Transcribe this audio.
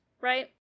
right